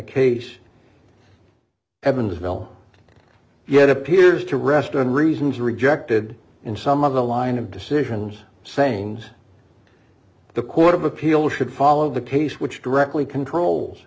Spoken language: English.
case evansville yet appears to rest on reasons rejected in some of the line of decisions saying the court of appeal should follow the case which directly controls